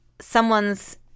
someone's